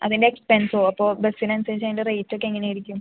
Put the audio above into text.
അതിൻ്റെ എക്സ്പെൻസോ അപ്പോൾ ബസ്സിന് അനുസരിച്ച് അതിൻ്റെ റേറ്റ് ഒക്കെ എങ്ങനെ ആയിരിക്കും